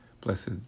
blessed